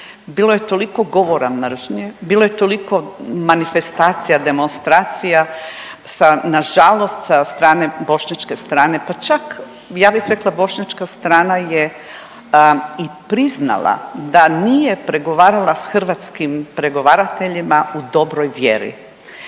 Bilo je toliko govora mržnje, bilo je toliko manifestacija demonstracija na žalost sa strane bošnjačke strane pa čak ja bih rekla bošnjačka strana je i priznala da nije pregovarala s hrvatskim pregovarateljima u dobroj vjeri.